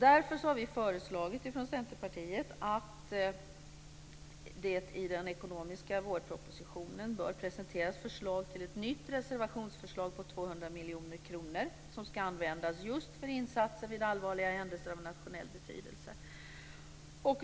Därför har vi från Centerpartiet föreslagit att det i den ekonomiska vårpropositionen bör presenteras förslag till ett nytt reservationsanslag på 200 miljoner kronor, som ska användas för insatser vid allvarliga händelser av nationell betydelse.